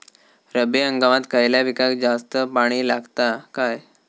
रब्बी हंगामात खयल्या पिकाक जास्त पाणी लागता काय?